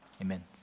amen